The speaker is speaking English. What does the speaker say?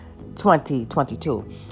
2022